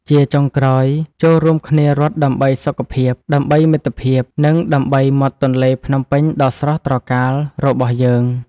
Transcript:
ជាចុងក្រោយ ចូររួមគ្នារត់ដើម្បីសុខភាព ដើម្បីមិត្តភាព និងដើម្បីមាត់ទន្លេភ្នំពេញដ៏ស្រស់ត្រកាលរបស់យើង។